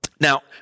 Now